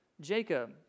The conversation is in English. Jacob